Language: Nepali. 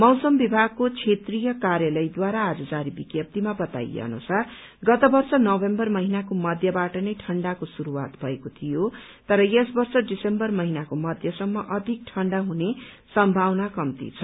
मौसम विभागको क्षेत्रीय कार्यालयद्वारा आज जारी विज्ञप्तीमा बताइए अनुसार गत वर्ष नवम्बर महीनाको मध्यमबाट नै ठण्डाको शुरूआत भएको थियो तर यस वर्ष दिसम्बर महीनाको मध्यसम्म अधिक ठण्डा हुने सम्भावना कम्ती छ